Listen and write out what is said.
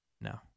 No